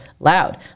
loud